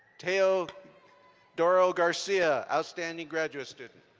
tale duro garcia, outstanding graduate student.